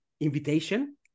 invitation